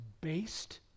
based